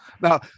Now